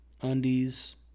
undies